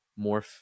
morph